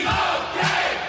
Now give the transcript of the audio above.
okay